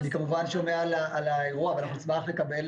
אני כמובן שומע על האירוע ואנחנו נשמח לקבל